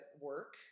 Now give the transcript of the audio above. work